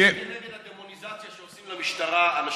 אז אולי תצא כנגד הדמוניזציה שעושים למשטרה אנשים,